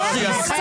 --- להפך,